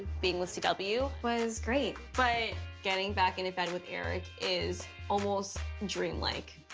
being with c w. was great, but getting back into bed with eric is almost dreamlike.